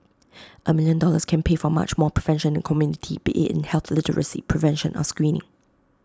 A million dollars can pay for much more prevention in the community be IT in health literacy prevention or screening